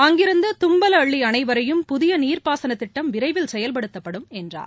அங்கிருந்து தும்பல அள்ளி அணை வரையும் புதிய நீர்பாசனத் திட்டம் விரைவில் செயல்படுத்தப்படும் என்றார்